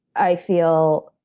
i feel